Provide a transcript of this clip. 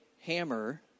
hammer